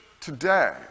today